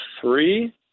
three